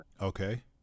Okay